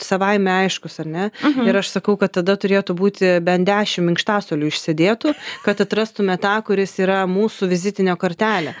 savaime aiškus ar ne ir aš sakau kad tada turėtų būti bent dešim minkštasuolių išsėdėtų kad atrastume tą kuris yra mūsų vizitinė